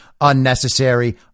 unnecessary